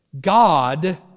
God